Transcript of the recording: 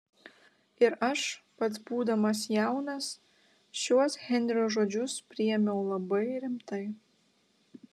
ir aš pats būdamas jaunas šiuos henrio žodžius priėmiau labai rimtai